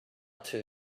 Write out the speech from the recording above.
too